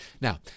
Now